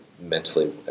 mentally